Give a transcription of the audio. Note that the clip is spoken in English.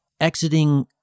Exiting